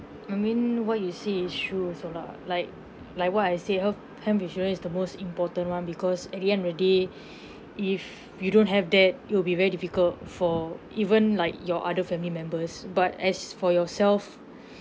I mean what you say is true also lah like like what I say uh health insurance is the most important one because at the end of the day if you don't have that it'll be very difficult for even like your other family members but as for yourself